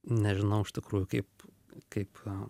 nežinau iš tikrųjų kaip kaip